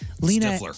Lena